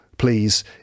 please